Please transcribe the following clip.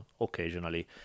occasionally